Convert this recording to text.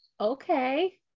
Okay